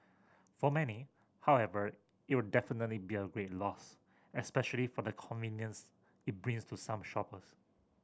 for many however it will definitely be a great loss especially for the convenience it brings to some shoppers